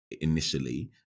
initially